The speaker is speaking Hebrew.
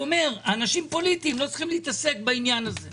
אנשים פוליטיים לא צריכים להתעסק בעניין הזה.